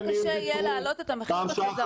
אתה יודע כמה קשה יהיה להעלות את המחיר בחזרה?